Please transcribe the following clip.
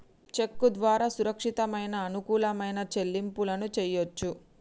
చెక్కు ద్వారా సురక్షితమైన, అనుకూలమైన చెల్లింపులను చెయ్యొచ్చు